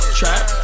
trap